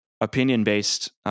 Opinion-based